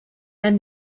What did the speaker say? and